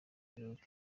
birori